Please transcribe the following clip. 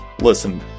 Listen